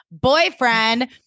boyfriend